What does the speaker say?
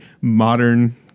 modern